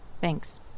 Thanks